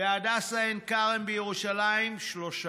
בהדסה עין כרם בירושלים, שלושה,